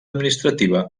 administrativa